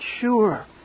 sure